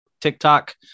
TikTok